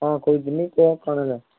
ହଁ କହୁଥିଲି କୁହ କ'ଣହେଲା